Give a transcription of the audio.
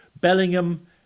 Bellingham